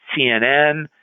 CNN